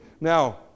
Now